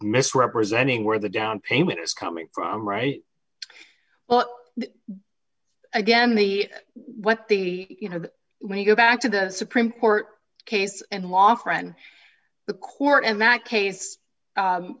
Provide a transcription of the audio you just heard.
misrepresenting where the down payment is coming from right well again the what the you know when you go back to the supreme court case and law friend the court and that case